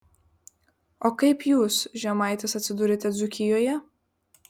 o kaip jūs žemaitis atsidūrėte dzūkijoje